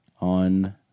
on